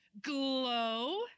glow